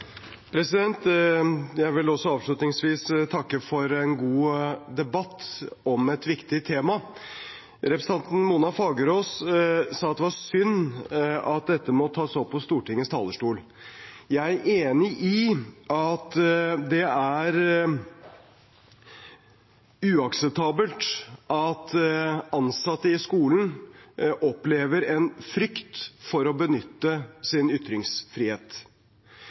Jeg vil avslutningsvis også takke for en god debatt om et viktig tema. Representanten Mona Fagerås sa at det var synd at dette må tas opp på Stortingets talerstol. Jeg er enig i at det er uakseptabelt at ansatte i skolen opplever en frykt for å benytte sin ytringsfrihet.